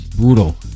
brutal